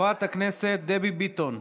חברת הכנסת דבי ביטון.